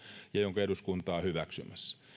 ja jonka eduskunta on hyväksymässä